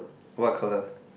what colour